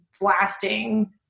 blasting